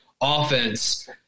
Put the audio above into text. offense